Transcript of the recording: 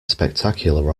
spectacular